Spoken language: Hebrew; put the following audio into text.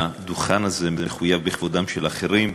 מחויב בכבודם של אחרים.